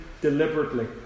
deliberately